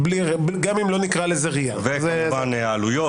גם אם לא נקרא לזה RIA. וכמובן העלויות